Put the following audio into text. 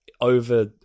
over